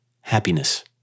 happiness